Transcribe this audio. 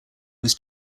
was